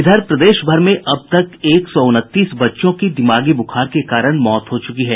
इधर प्रदेश भर में अब तक एक सौ उनतीस बच्चों की दिमागी बुखार के कारण मौत हो चुकी है